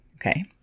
Okay